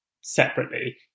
separately